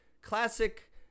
classic